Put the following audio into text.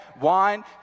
Wine